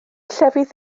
llefydd